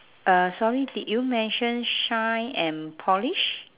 uh sorry did you mention shine and polish